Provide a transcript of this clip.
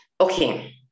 okay